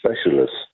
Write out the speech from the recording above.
specialists